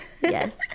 Yes